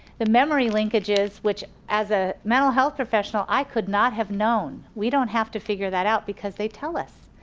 the memory linkages which as a mental health professional, i could not have known we don't have to figure that out because they tell us.